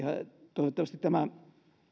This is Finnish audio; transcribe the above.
toivottavasti tämä